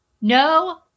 No